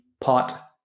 pot